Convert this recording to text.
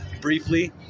briefly